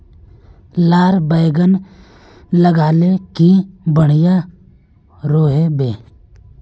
लार बैगन लगाले की बढ़िया रोहबे?